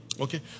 okay